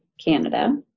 canada